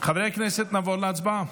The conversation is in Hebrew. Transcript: חברי הכנסת, נעבור להצבעה